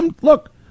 Look